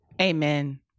Amen